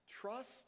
trust